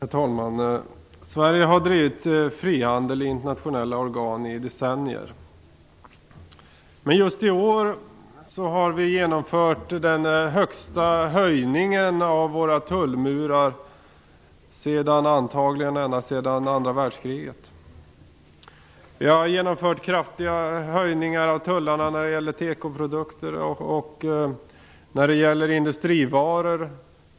Herr talman! Sverige har drivit frihandel i internationella organ i decennier. Men just i år har vi genomfört en höjning av våra tullmurar som antagligen är den största sedan andra världskriget. Vi har genomfört kraftiga höjningar av tullarna när det gäller tekoprodukter och industrivaror.